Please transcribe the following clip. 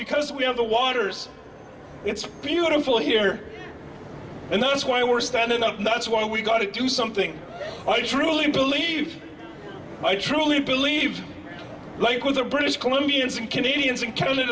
because we have the waters it's beautiful here and that's why we're standing up that's why we've got to do something i truly believe i truly believe like with the british columbians and canadians and count